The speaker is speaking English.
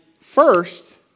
first